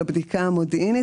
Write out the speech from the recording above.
לבדיקה המודיעינית.